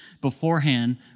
beforehand